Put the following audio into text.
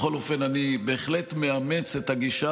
בכל אופן אני בהחלט מאמץ את הגישה